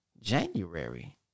January